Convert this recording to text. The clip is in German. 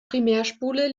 primärspule